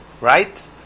Right